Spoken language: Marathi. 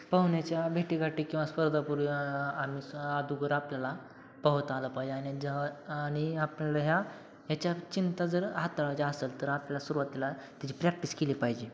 पोहण्याच्या भेटीगाठी किंवा स्पर्धापूर्वी आम्ही अगोदर आपल्याला पोहता आलं पाहिजे आणि जर आणि आपल्या ह्या ह्याच्या चिंता जर हाताळायच्या असेल तर आपल्या सुरुवातीला त्याची प्रॅक्टिस केली पाहिजे